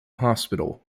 hospital